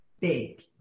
big